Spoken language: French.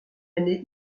année